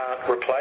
replace